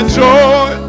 joy